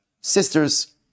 Sisters